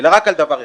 אלא רק על דבר אחד.